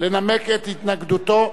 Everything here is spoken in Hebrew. לנמק את התנגדותו.